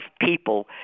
people